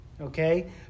Okay